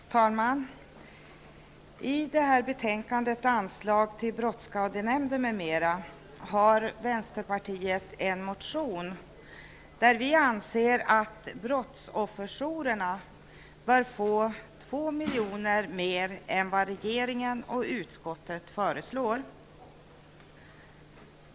Fru talman! I det här betänkandet, Anslag till brottsskadenämnden m.m., har vänsterpartiet en motion där vi anser att brottsofferjourerna bör få 2 miljoner mer än regeringen och utskottet föreslår.